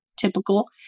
typical